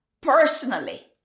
personally